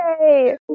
Yay